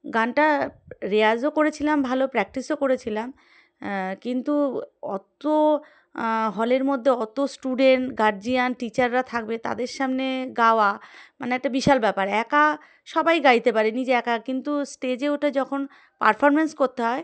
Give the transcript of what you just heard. গানটা রেয়াজও করেছিলাম ভালো প্র্যাকটিসও করেছিলাম কিন্তু অত হলের মধ্যে অত স্টুডেন্ট গার্জিয়ান টিচাররা থাকবে তাদের সামনে গাওয়া মানে একটা বিশাল ব্যাপার একা সবাই গাইতে পারে নিজে একা কিন্তু স্টেজে ওটা যখন পারফরম্যেন্স করতে হয়